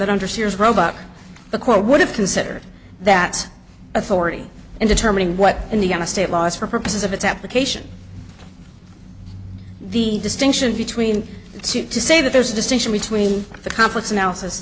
that under sears roebuck the court would have considered that authority in determining what indiana state laws for purposes of its application the distinction between two to say that there's a distinction between the complex analysis